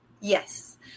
Yes